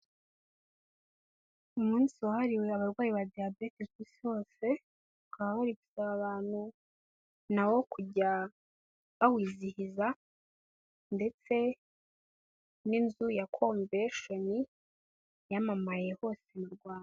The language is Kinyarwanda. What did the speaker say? Umunsi wahariwe abarwayi ba diyabete ku isi hose ukaba bari gusaba ngo abantu na wo kujya bawizihiza ndetse n'inzu ya Konvensheni yamamaye hose mu Rwanda.